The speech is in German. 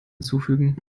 hinzufügen